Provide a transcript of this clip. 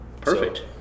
Perfect